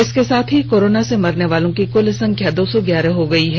इसके साथ ही कोरोना से मरने वालों की कुल संख्या दो सौ ग्यारह हो गई है